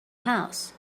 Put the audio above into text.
house